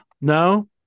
no